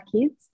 kids